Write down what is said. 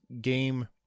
game